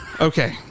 Okay